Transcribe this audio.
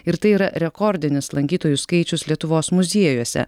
ir tai yra rekordinis lankytojų skaičius lietuvos muziejuose